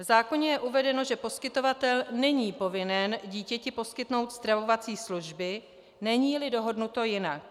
V zákoně je uvedeno, že poskytovatel není povinen dítěti poskytnout stravovací služby, neníli dohodnuto jinak.